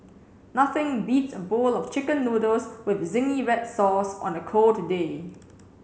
nothing beats a bowl of chicken noodles with zingy red sauce on a cold day